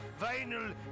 vinyl